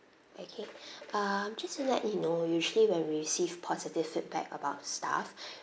okay um just to let you know usually when we received positive feedback about staff